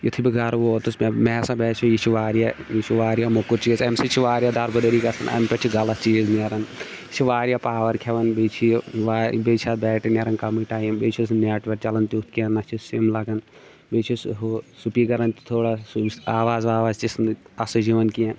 یُتھُے بہٕ گَرٕ ووتُس مےٚ مےٚ سا باسیٚو یہِ چھِ واریاہ یہِ چھِ واریاہ موٚکُر چیٖز اَمہِ سۭتۍ چھِ واریاہ دَربٕدٔری گژھان اَمہِ پٮ۪ٹھ چھِ غلط چیٖز نیرَان یہِ چھِ واریاہ پاوَر کھٮ۪وَان بیٚیہِ چھِ یہِ واریاہ بیٚیہِ چھِ اَتھ بیٹری نیرَان کَمٕے ٹایم بیٚیہِ چھُس نٮ۪ٹ وٮ۪ٹ چَلَان تیُٚتھ کینٛہہ نہ چھِس سِم لَگَان بیٚیہِ چھُس ہُہ سُپیٖکَرَن تہِ تھوڑا سُہ یُس آواز واواز تِژھ نہٕ اَسٕجۍ یِوَان کینٛہہ